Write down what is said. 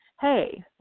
hey